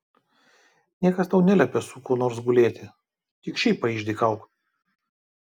niekas tau neliepia su kuo nors gulėti tik šiaip paišdykauk